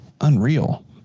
unreal